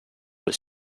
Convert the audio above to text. was